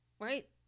right